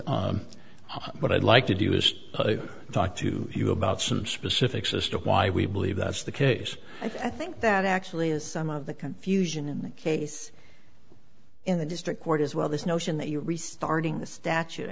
what i'd like to do is talk to you about some specifics as to why we believe that's the case i think that actually is some of the confusion in the case in the district court as well this notion that you